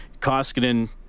Koskinen